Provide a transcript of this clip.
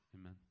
amen